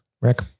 Rick